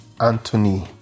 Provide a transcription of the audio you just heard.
Anthony